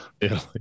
Italy